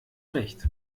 recht